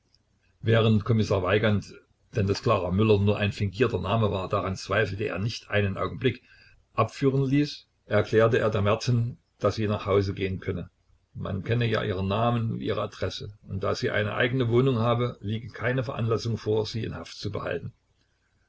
während kommissar weigand denn daß klara müller nur ein fingierter name war daran zweifelte er nicht einen augenblick abführen ließ erklärte er der merten daß sie nach hause gehen könne man kenne ja ihren namen und ihre adresse und da sie eine eigene wohnung habe liege keine veranlassung vor sie in haft zu behalten